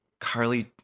Carly